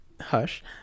Hush